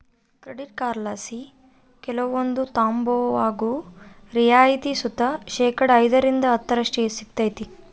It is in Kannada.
ಕ್ರೆಡಿಟ್ ಕಾರ್ಡ್ಲಾಸಿ ಕೆಲವೊಂದು ತಾಂಬುವಾಗ ರಿಯಾಯಿತಿ ಸುತ ಶೇಕಡಾ ಐದರಿಂದ ಹತ್ತರಷ್ಟು ಸಿಗ್ತತೆ